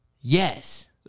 Yes